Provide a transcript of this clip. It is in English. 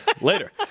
Later